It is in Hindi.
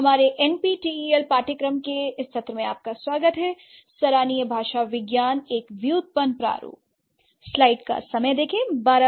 हमारे एनपीटीईएल पाठ्यक्रम के इस सत्र में आपका स्वागत है सराहनीय भाषाविज्ञान एक टाइपोलॉजिकल दृष्टिकोण